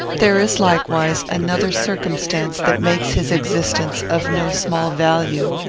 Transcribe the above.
there is likewise another circumstance that makes his existence of no small value.